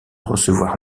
recevoir